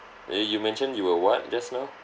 eh you mentioned you were what just now